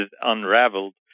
unraveled